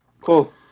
cool